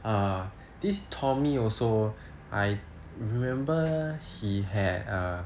err this tommy also I remember he had a